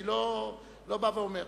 אני לא בא ואומר.